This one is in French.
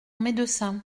médecin